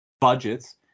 budgets